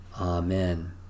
Amen